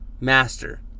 Master